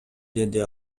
деди